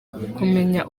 kumenya